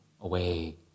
away